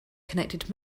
connected